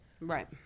Right